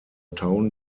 town